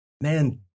man